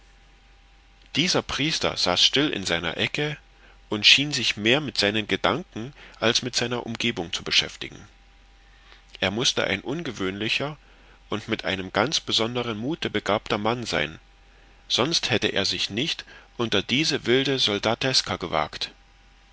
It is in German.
dieser priester saß still in seiner ecke und schien sich mehr mit seinen gedanken als mit seiner umgebung zu beschäftigen er mußte ein ungewöhnlicher und mit einem ganz besonderen muthe begabter mann sein sonst hätte er sich nicht unter diese wilde soldateska gewagt